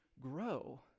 grow